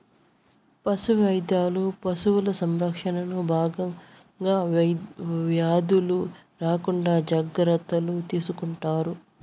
పశు వైద్యులు పశువుల సంరక్షణలో భాగంగా వ్యాధులు రాకుండా జాగ్రత్తలు తీసుకుంటారు